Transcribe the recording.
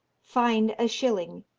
find a shilling,